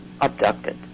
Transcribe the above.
abducted